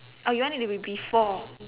or you want it to be before